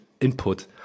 input